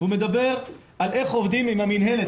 הוא מדבר על איך עובדים עם המנהלת,